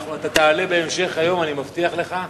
אתה תעלה בהמשך היום, אני מבטיח לך.